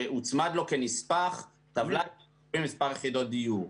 שהוצמדה לו כנספח טבלה עם נתונים של מספר יחידות דיור.